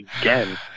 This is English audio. again